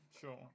sure